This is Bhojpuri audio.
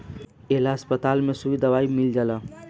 ए ला अस्पताल में सुई दवाई मील जाला